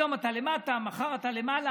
היום אתה למטה, מחר אתה למעלה,